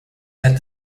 that